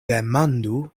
demandu